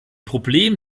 problem